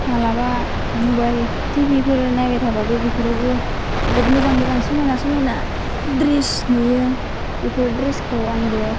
मालाबा मबेल टिभिफोर नायबाय थाबाबो बेफोरावबो जोबोद मोजां मोजां समाइना समाइना ड्रेस नुयो बेफोर ड्रेसखौ आंबो